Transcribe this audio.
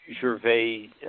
Gervais